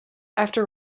after